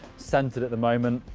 centred at the moment.